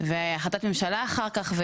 והחלטת ממשלה אחר כך.